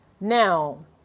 Now